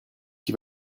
qui